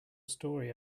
story